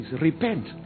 repent